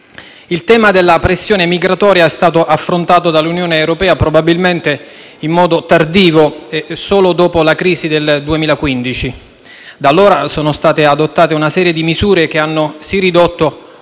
Il tema della pressione migratoria è stato affrontato dall'Unione europea probabilmente in modo tardivo e solo dopo la crisi del 2015. Da allora, sono state adottate una serie di misure che hanno sì ridotto